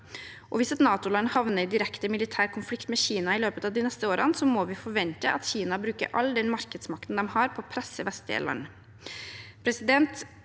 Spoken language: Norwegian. Hvis et NATO-land havner i direkte militær konflikt med Kina i løpet av de neste årene, må vi forvente at Kina bruker all den markedsmakten de har, på å presse vestlige